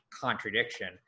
contradiction